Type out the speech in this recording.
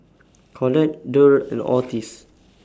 Colette Derl and Otis